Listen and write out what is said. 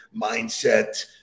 mindset